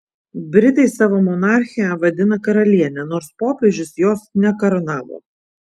britai savo monarchę vadina karaliene nors popiežius jos nekarūnavo